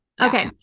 okay